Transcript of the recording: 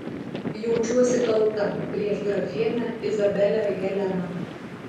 jaučiuosi kalta prieš grafienę izabelę heleną